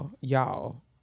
y'all